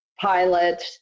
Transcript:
pilot